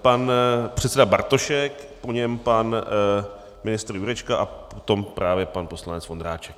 Pan předseda Bartošek, po něm pan ministr Jurečka a potom právě pan poslanec Vondráček.